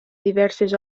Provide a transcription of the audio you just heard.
diverses